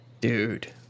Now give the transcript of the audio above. dude